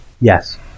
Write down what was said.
Yes